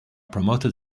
promoted